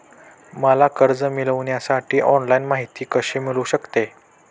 मला कर्ज मिळविण्यासाठी ऑनलाइन माहिती कशी मिळू शकते?